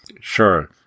Sure